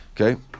okay